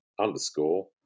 underscore